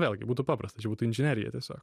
vėlgi būtų paprasta čia būtų inžinerija tiesiog